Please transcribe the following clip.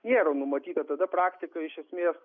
nėra numatyta tada praktika iš esmės